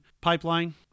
pipeline